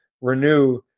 Renew –